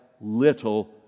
little